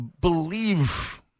believe